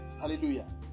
Hallelujah